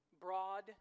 Broad